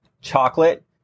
Chocolate